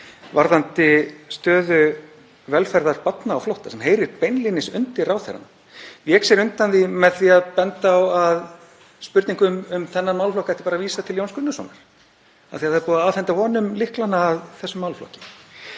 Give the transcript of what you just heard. varðandi stöðu og velferð barna á flótta, sem heyrir beinlínis undir ráðherrann. Hann vék sér undan því með því að benda á að spurningu um þennan málaflokk ætti bara að vísa til Jóns Gunnarssonar af því að það er búið að afhenda honum lyklana að þessum málaflokki.